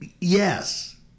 Yes